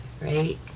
right